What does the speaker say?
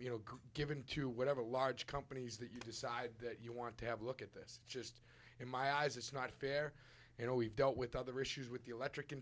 you know given to whatever a large companies that you decide that you want to have a look at this just in my eyes it's not fair you know we've dealt with other issues with the electric in